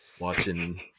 Watching